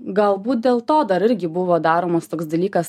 galbūt dėl to dar irgi buvo daromas toks dalykas